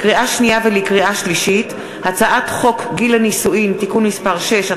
לקריאה שנייה ולקריאה שלישית: הצעת חוק גיל הנישואין (תיקון מס' 6),